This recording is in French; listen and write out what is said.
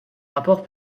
rapport